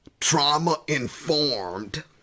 trauma-informed